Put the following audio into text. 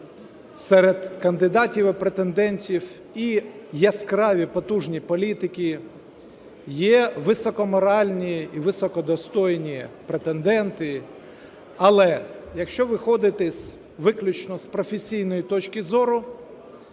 серед кандидатів і претендентів і яскраві, потужні політики, є високоморальні і високо достойні претенденті. Але якщо виходити виключно з професійної точки зору,